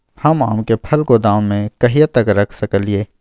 हम आम के फल गोदाम में कहिया तक रख सकलियै?